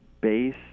base